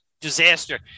disaster